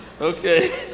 Okay